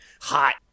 hot